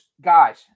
guys